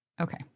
Okay